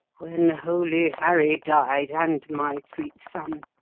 when holy harry died, and my sweet son.